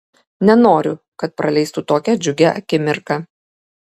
nenoriu kad praleistų tokią džiugią akimirką